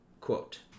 quote